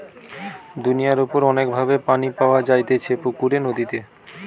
দুনিয়ার উপর অনেক ভাবে পানি পাওয়া যাইতেছে পুকুরে, নদীতে